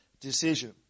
decision